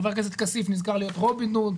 חבר הכנסת כסיף נזכר להיות רובין הוד,